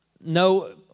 No